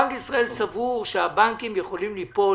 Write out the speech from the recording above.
בנק ישראל סבור שהבנקים יכולים ליפול,